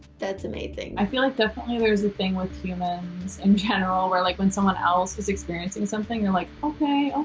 that's amazing. i feel like definitely there's a thing with humans in general, where like when someone else is experiencing something, you're like, okay,